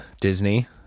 Disney